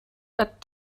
but